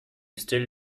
still